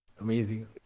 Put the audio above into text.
Amazing